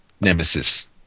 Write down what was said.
nemesis